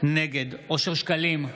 נגד אושר שקלים,